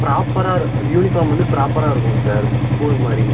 ப்ராப்பராக யூனிஃபார்ம் வந்து ப்ராப்பராக இருக்கணும் சார் ஸ்கூல் மாதிரி